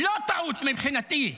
לא טעות מבחינתי.